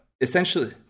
essentially